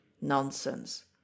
Nonsense